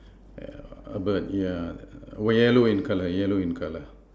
err but ya yellow in color yellow in color